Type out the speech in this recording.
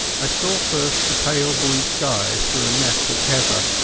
i saw first the pale blue sky through a net of heather,